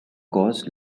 cause